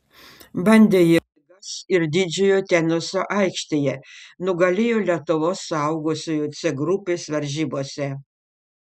bandė jėgas ir didžiojo teniso aikštėje nugalėjo lietuvos suaugusiųjų c grupės varžybose